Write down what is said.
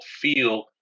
feel